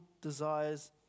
desires